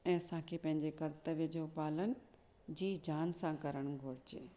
ऐं असां खे पंहिंजे कर्तव्य जो पालन जी जान सां करणु घुर्जे